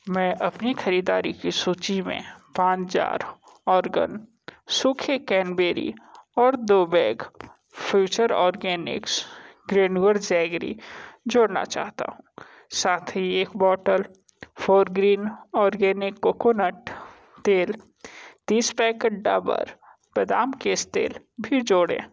मैं अपनी ख़रीदारी की सूची में पानज़ार ऑर्गन सूखी क्रेनबेरी और दो बैग फ्यूचर ऑर्गेनिक्स ग्रेनवर जैगरी जोड़ना चाहता हूँ साथ ही एक बॉटल फोरग्रीन ऑर्गेनिक कोकनट तेल तीस पैकेट डाबर बदाम केसह तेल भी जोड़ें